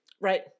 Right